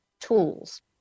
tools